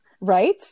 right